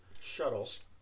shuttles